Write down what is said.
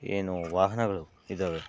ಏನು ವಾಹನಗಳು ಇದ್ದಾವೆ